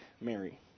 Mary